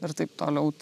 ir taip toliau